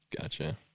gotcha